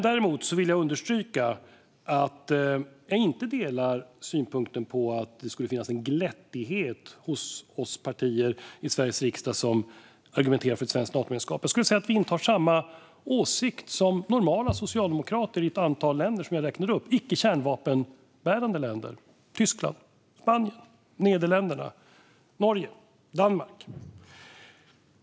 Däremot vill jag understryka att jag inte delar synpunkten att det skulle finnas en glättighet hos oss partier i Sveriges riksdag som argumenterar för ett svenskt Natomedlemskap. Jag skulle säga att vi intar samma åsikt som normala socialdemokrater i ett antal länder som jag räknade upp - icke kärnvapenbärande länder som Tyskland, Spanien, Nederländerna, Norge och Danmark.